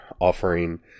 offering